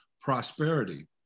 prosperity